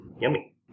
Yummy